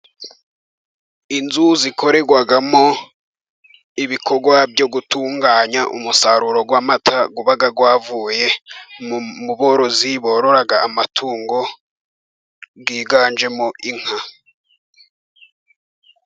Inzu zikorerwamo ibikorwa byo gutunganya umusaruro w'amata, uba wavuye mu borozi borora amatungo yiganjemo inka.